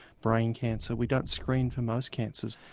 brain cancer. we don't screen for most cancers.